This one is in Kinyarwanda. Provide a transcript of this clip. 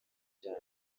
cyane